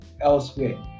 elsewhere